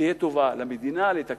תהיה טובה למדינה,